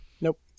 Nope